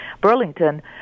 Burlington